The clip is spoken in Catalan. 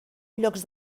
llocs